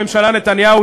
ראש הממשלה בנימין נתניהו